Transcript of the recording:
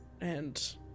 and-